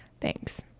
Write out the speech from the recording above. Thanks